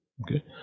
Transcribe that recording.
okay